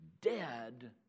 dead